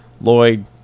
Lloyd